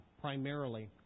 primarily